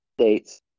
states